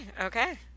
okay